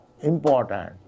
important